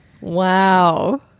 Wow